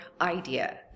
idea